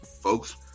folks